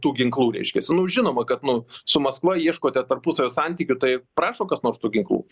tų ginklų reiškias nu žinoma kad nu su maskva ieškote tarpusavio santykių tai prašo kas nors tų ginklų